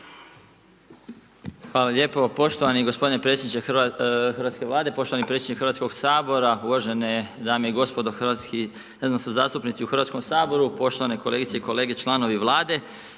Hvala lijepo. Poštovani gospodine predsjedniče Hrvatske vlade, poštovani predsjedniče Hrvatskog sabora, uvažene dame i gospodo hrvatski, zastupnici u Hrvatskom saboru, poštovane kolegice i kolege članovi Vlade